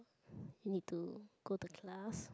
need to go to class